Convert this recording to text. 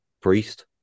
Priest